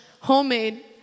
homemade